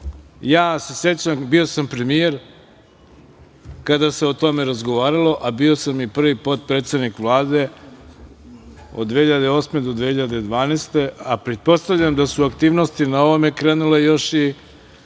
ja se sećam, bio sam premijer, kada se o tome razgovaralo, a bio sam i prvi potpredsednik Vlade od 2008. do 2012. godine, a pretpostavljam da su aktivnosti na ovome krenule još i